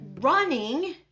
running